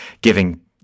giving